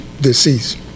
deceased